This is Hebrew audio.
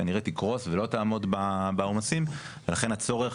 כנראה תקרוס ולא תעמוד בעומסים ולכן הצורך